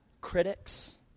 critics